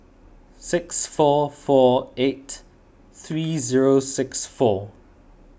six four four eight three zero six four